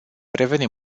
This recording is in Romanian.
revenim